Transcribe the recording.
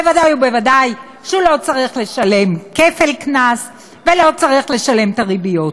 ובוודאי ובוודאי שהוא לא צריך לשלם כפל קנס ולא צריך לשלם את הריביות.